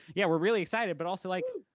yeah, we're really excited, but also like woo!